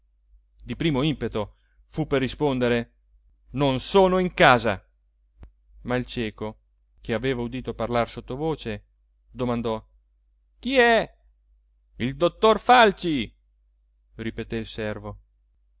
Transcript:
di primo impeto fu per rispondere non sono in casa ma il cieco che aveva udito parlar sottovoce domandò chi è il dottor falci ripeté il servo